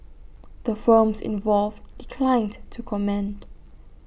the firms involved declined to comment